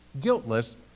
guiltless